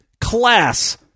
class